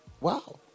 wow